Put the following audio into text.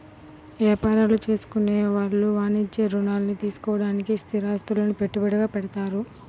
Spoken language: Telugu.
యాపారాలు చేసుకునే వాళ్ళు వాణిజ్య రుణాల్ని తీసుకోడానికి స్థిరాస్తులను పెట్టుబడిగా పెడతారు